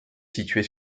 situés